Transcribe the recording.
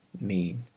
mean,